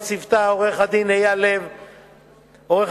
עורך-הדין אייל לב-ארי,